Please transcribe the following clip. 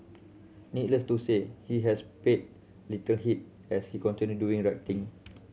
needless to say he has paid little heed as he continue doing right thing